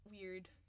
weird